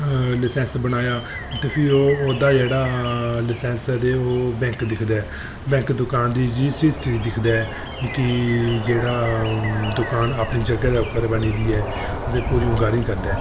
licence बनाया ते फ्ही ओह्दा जेह्ड़ा लाइसैंस ऐ ओह् बैंक दिखदा बैंक दुकान दी रजिस्टरी दिखदा ऐ कि जेह्ड़ा दुकान अपनी जगह पर बनी दी ऐ ते पूरी इंक्वायरी करदा ऐ